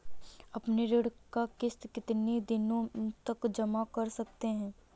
अपनी ऋण का किश्त कितनी दिनों तक जमा कर सकते हैं?